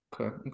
Okay